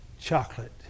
chocolate